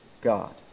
God